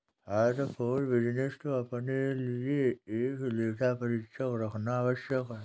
हर food business को अपने लिए एक लेखा परीक्षक रखना आवश्यक है